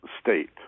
state